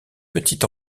petit